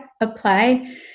apply